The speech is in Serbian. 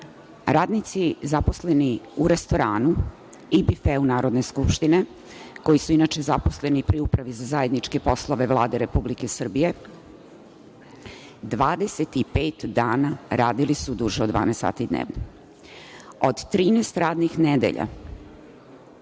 radnici zaposleni u restoranu i bifeu Narodne skupštine, koji su inače zaposleni pri Upravi za zajedničke poslove Vlade Republike Srbije, 25 dana radili su duže od 12 sati dnevno. Od 13 radnih nedelja,